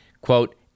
quote